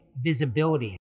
visibility